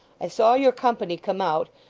i saw your company come out,